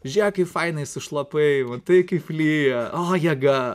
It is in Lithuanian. žiek kaip fainai sušlapai va taip kaip lyja o jėga